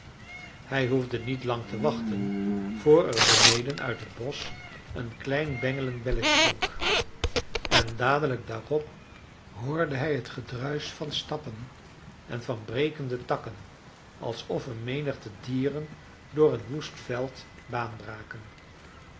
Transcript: hij hoefde niet lang te wachten voor er beneden uit het bosch een klein bengelend belletje klonk en dadelijk daarop hoorde hij t gedruisch van stappen en van brekende takken alsof een menigte dieren door een woest veld